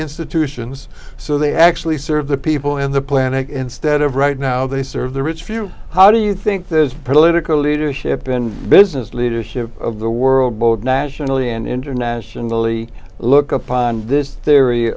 institutions so they actually serve the people in the planet instead of right now they serve the rich few how do you think there's political leadership in business leadership of the world both nationally and internationally look upon this theory